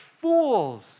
fools